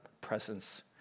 presence